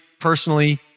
personally